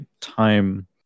time